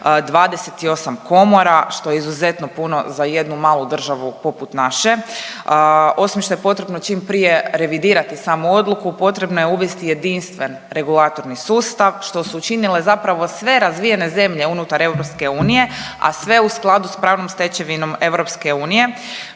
28 komora što je izuzetno puno za jednu malu državu poput naše. Osim što je potrebno čim prije revidirati samu odluku potrebno je uvesti jedinstven regulatorni sustav što su učinile zapravo sve razvijene zemlje unutar EU, a sve u skladu sa pravnom stečevinom EU